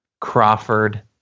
Crawford